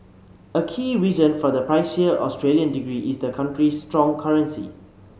a key reason for the pricier Australian degree is the country's strong currency